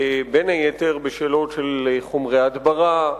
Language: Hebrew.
בין היתר בשאלות של חומרי הדברה,